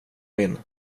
min